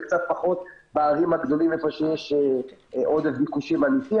וקצת פחות בערים הגדולות איפה שיש עודף ביקושים אמיתי,